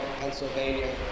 Pennsylvania